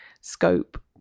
scope